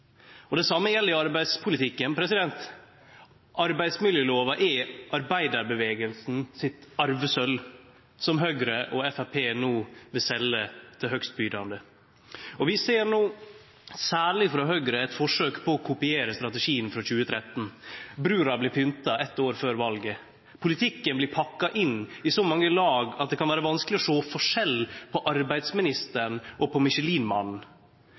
krampetrekningar. Det same gjeld i arbeidspolitikken. Arbeidsmiljølova er arbeidarbevegelsen sitt arvesølv, som Høgre og Framstegspartiet no vil selje til høgstbydande. Vi ser no særleg frå Høgre eit forsøk på å kopiere strategien frå 2013 – brura blir pynta eitt år før valet. Politikken blir pakka inn i så mange lag at det kan vere vanskeleg å sjå forskjell på Michelinmannen og arbeidsministeren.